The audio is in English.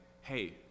hey